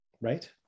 right